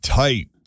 tight